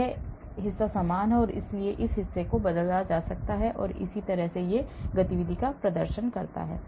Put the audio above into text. यह हिस्सा समान है इसलिए इस हिस्से को बदल दिया गया है और वे इसी तरह की गतिविधि का प्रदर्शन करते हैं